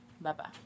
Bye-bye